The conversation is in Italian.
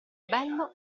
bello